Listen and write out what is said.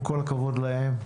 עם כל הכבוד להם,